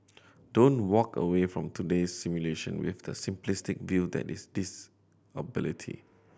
don't walk away from today's simulation with the simplistic view that is disability